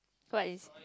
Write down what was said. what is